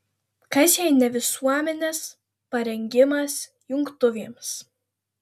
kas jei ne visuomenės parengimas jungtuvėms